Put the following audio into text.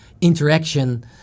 interaction